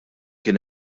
kien